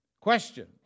Question